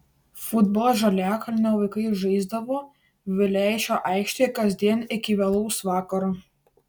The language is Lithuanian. futbolą žaliakalnio vaikai žaisdavo vileišio aikštėje kasdien iki vėlaus vakaro